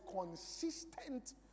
consistent